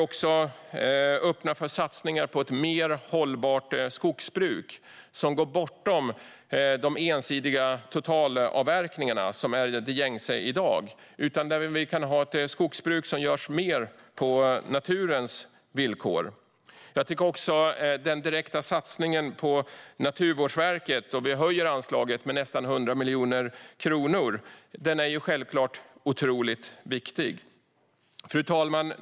Vi öppnar för satsningar för ett mer hållbart skogsbruk som går bortom de ensidiga totalavverkningar som i dag är gängse. Vi kan i stället ha ett skogsbruk som mer är på naturens villkor. Jag tycker också att den direkta satsningen på Naturvårdsverket självklart är otroligt viktig. Vi höjer anslaget med nästan 100 miljoner kronor. Fru talman!